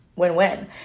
win-win